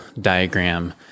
diagram